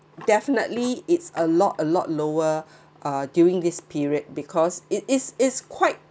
definitely it's a lot a lot lower uh during this period because it is is quite